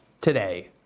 today